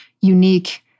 unique